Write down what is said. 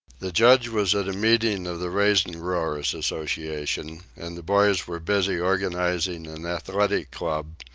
the judge was at a meeting of the raisin growers' association, and the boys were busy organizing an athletic club,